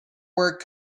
work